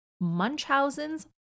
Munchausen's